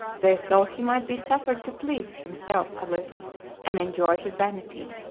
they thought he might be suffered to please himself a little and enjoy his vanity.